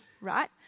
right